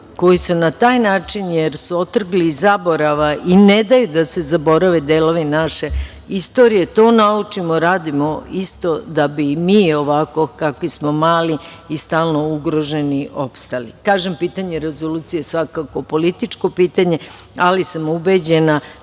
koji su na taj način jer su otrgli iz zaborava i ne daju da se zaborave delovi naše istorije to naučimo, radimo isto da bi mi ovako kakvi smo mali i stalno ugroženi, opstali. Pitanje rezolucije svakako je političko pitanje, ali sam ubeđena